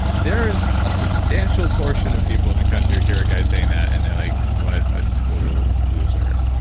there's a substantial portion of people in the country hear guys saying that and they're like, what a total loser.